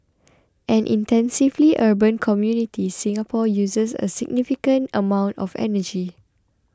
an intensively urban community Singapore uses a significant amount of energy